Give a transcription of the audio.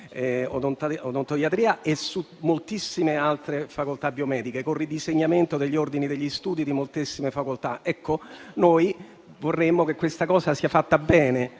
e su moltissime altre facoltà biomediche, con il ridisegnamento degli ordini degli studi di moltissime facoltà. Noi vorremmo che ciò sia fatto bene